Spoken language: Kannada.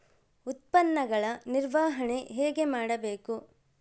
ಉತ್ಪನ್ನಗಳ ನಿರ್ವಹಣೆ ಹೇಗೆ ಮಾಡಬೇಕು?